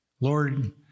Lord